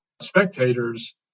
spectators